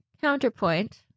Counterpoint